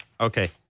okay